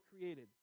created